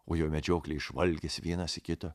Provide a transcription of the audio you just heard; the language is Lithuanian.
o jo medžiokliai žvalgėsi vienas į kitą